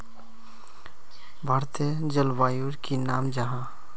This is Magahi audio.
भारतेर जलवायुर की नाम जाहा?